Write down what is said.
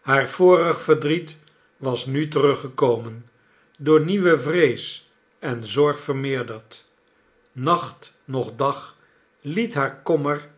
haar vorig verdriet was nu teruggekomen door nieuwe vrees en zorg vermeerderd nacht noch dag liet haar kommer